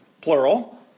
plural